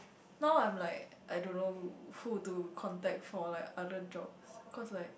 now I'm like I don't know who to contact for like other jobs cause like